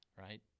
right